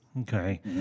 Okay